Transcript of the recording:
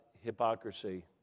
hypocrisy